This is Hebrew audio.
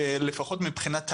שלצערנו, לפחות מבחינת תעריפים,